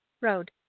road